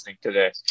today